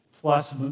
plus